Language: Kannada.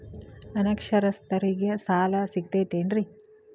ಅನಕ್ಷರಸ್ಥರಿಗ ಸಾಲ ಸಿಗತೈತೇನ್ರಿ?